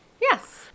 Yes